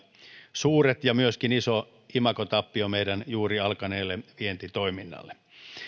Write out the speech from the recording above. suuret ja se olisi myöskin iso imagotappio meidän juuri alkaneelle vientitoiminnalle